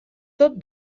tot